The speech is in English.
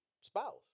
spouse